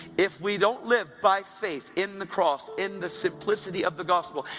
if we don't live by faith in the cross, in the simplicity of the gospel,